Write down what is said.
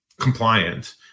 compliant